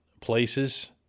places